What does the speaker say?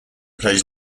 plays